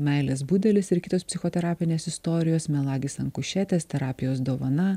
meilės budelis ir kitos psichoterapinės istorijos melagis ant kušetės terapijos dovana